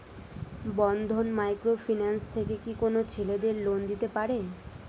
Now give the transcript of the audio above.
বন্ধন micro finance থেকে কি কোন ছেলেদের লোন দিতে পারে?